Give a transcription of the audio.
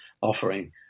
offering